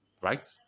Right